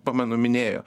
pamenu minėjo